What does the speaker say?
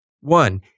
One